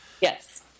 Yes